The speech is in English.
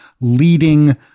leading